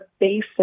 basic